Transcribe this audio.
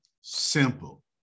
Simple